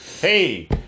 Hey